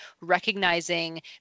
recognizing